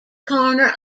corner